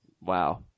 Wow